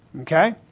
Okay